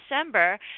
December